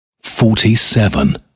Forty-seven